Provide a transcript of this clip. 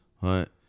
Hunt